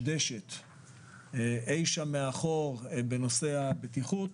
להגיע ממדינה שמדשדשת אי שם מאחור בנושא הבטיחות,